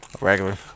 Regular